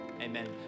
amen